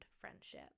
friendship